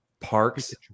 parks